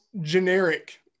Generic